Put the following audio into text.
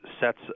sets